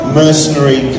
mercenary